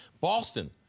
Boston